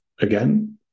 again